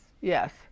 Yes